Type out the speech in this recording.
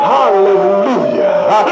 Hallelujah